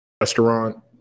restaurant